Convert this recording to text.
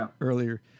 earlier